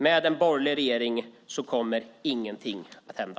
Med en borgerlig regering kommer ingenting att hända.